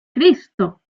cristo